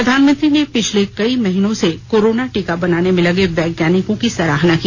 प्रधानमंत्री ने पिछले कई महीनों से कोरोना टीका बनाने में लगे वैज्ञानिकों की सराहना की